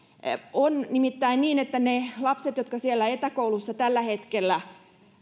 on nimittäin niin että niitä lapsia jotka siellä etäkoulussa tällä hetkellä